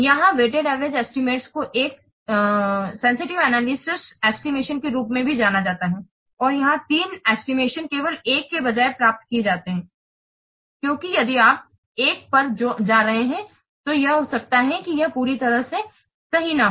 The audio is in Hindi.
यहां वेटेड एवरेज एस्टिमेट्स को एक सेंसिटिव एनालिसिस एस्टिमेशन के रूप में भी जाना जाता है और यहां तीन एस्टिमेशन केवल एक के बजाय प्राप्त किए जाते हैं क्योंकि यदि आप एक पर जा रहे हैं तो यह हो सकता है कि यह पूरी तरह से सही न हो